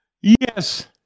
Yes